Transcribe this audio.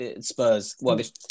Spurs